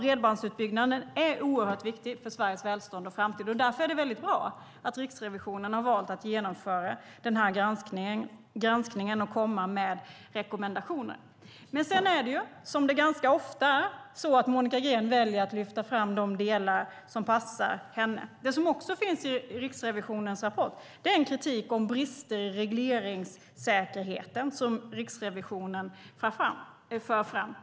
Bredbandsutbyggnaden är oerhört viktig för Sveriges välstånd och framtid. Därför är det väldigt bra att Riksrevisionen har valt att genomföra denna granskning och komma med rekommendationer. Men sedan är det så, som det ganska ofta är, att Monica Green väljer att lyfta fram de delar som passar henne. Det som också finns i Riksrevisionens rapport är kritik mot brister i regleringssäkerheten som Riksrevisionen för fram.